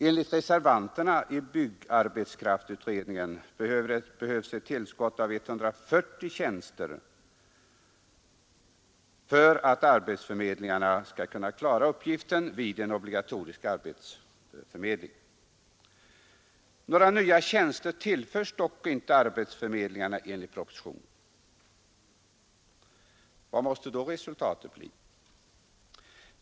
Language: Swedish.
Enligt reservanterna i byggarbetskraftsutredningen behövs ett tillskott av 140 tjänster till arbetsförmedlingarna för att dessa skall kunna klara sin uppgift vid en obligatorisk arbetsförmedling. Några nya tjänster tillföres dock icke arbetsförmedlingarna enligt propositionen. Vad måste då resultatet bli?